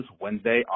Wednesday